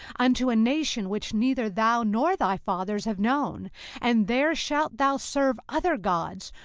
unto a nation which neither thou nor thy fathers have known and there shalt thou serve other gods,